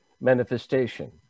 manifestation